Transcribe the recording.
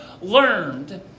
learned